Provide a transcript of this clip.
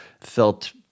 felt